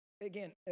again